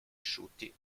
asciutti